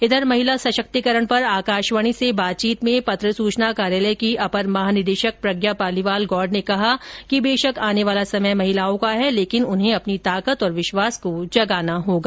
इधर महिला सशक्तिकरण पर आकाशवाणी से बातचीत में पत्र सूचना कार्यालय की अपर महानिदेशक प्रज्ञा पालीवाल गौड ने कहा कि बेशक आने वाला समय महिलाओं का है लेकिन उन्हें अपनी ताकत और विश्वास को जगाना होगा